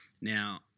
Now